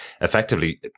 effectively